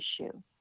issue